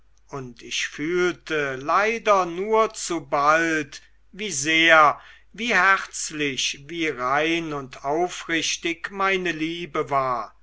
und ich fühlte leider nur zu bald wie sehr wie herzlich wie rein und aufrichtig meine liebe war